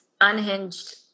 unhinged